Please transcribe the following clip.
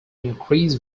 increase